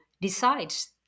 decides